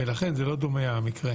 לכן, המקרה